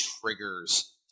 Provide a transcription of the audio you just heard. triggers